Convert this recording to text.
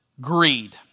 greed